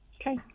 Okay